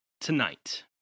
tonight